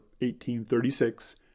1836